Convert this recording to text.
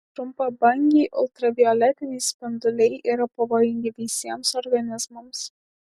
trumpabangiai ultravioletiniai spinduliai yra pavojingi visiems organizmams